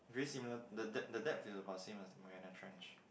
very similar the depth the depth is about same with the Mariana-Trench